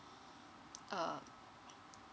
uh